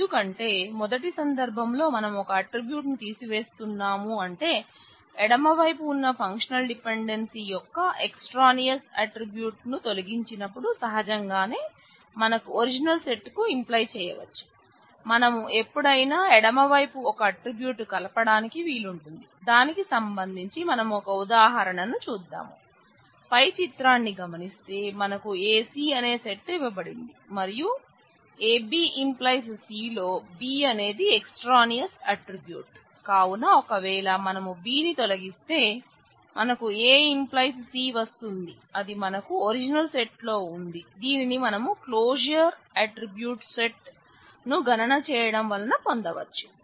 ఎందుకంటే మొదటి సంధర్భంలో మనం ఒక ఆట్రిబ్యూట్ను గణన చేయటం వలన పొందవచ్చు